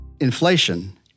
Inflation